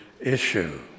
issue